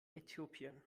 äthiopien